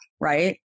right